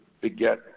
beget